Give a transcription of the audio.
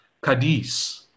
Cadiz –